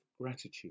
gratitude